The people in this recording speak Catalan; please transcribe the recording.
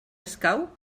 escau